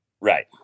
Right